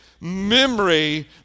memory